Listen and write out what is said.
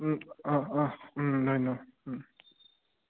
অঁ অঁ ধন্য়